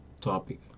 topic